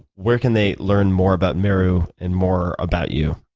where can they learn more about meru and more about you?